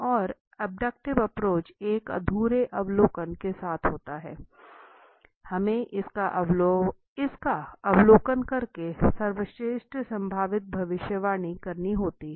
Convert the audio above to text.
अब abductive approach एक अधूरे अवलोकन के साथ आता है हमें इसका अवलोकन करके सर्वश्रेष्ठ संभावित भविष्यवाणी करनी होती है